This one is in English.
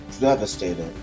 devastated